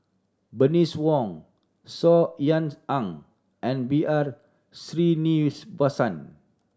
Bernice Wong Saw Ean Ang and B R Sreenivasan